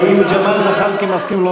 האם ג'מאל זחאלקה מסכים?